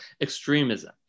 extremism